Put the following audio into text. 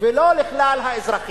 ולא לכלל האזרחים.